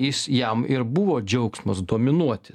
jis jam ir buvo džiaugsmas dominuoti